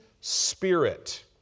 spirit